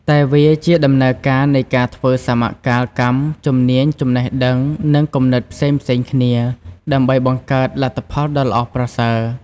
តែវាជាដំណើរការនៃការធ្វើសមកាលកម្មជំនាញ ចំណេះដឹង និងគំនិតផ្សេងៗគ្នា ដើម្បីបង្កើតលទ្ធផលដ៏ល្អប្រសើរ។